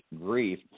Grief